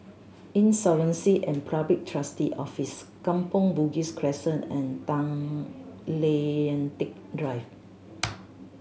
Insolvency and Public Trustee's Office Kampong Bugis Crescent and Tay Lian Teck Drive